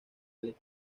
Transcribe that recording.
alex